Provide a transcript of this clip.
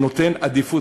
שנותן עדיפות,